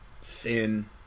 sin